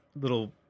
little